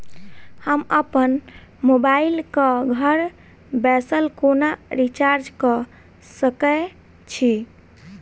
हम अप्पन मोबाइल कऽ घर बैसल कोना रिचार्ज कऽ सकय छी?